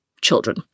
children